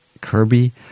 Kirby